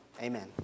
Amen